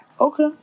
Okay